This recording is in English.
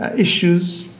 ah issues,